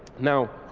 now